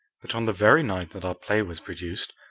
but on the very night that our play was produced,